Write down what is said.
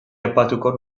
aipatuko